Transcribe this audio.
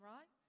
Right